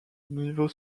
niveau